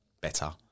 better